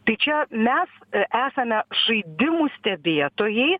tai čia mes esame žaidimų stebėtojai